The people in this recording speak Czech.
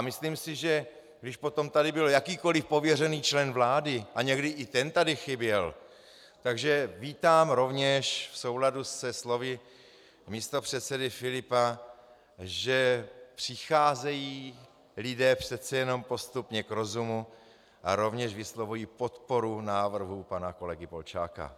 Myslím si, že když potom tady byl jakýkoli pověřený člen vlády, a někdy i ten tady chyběl, takže vítám rovněž, v souladu se slovy místopředsedy Filipa, že přicházejí lidé přece jenom postupně k rozumu, a rovněž vyslovuji podporu návrhu pana kolegy Polčáka.